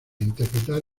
interpretar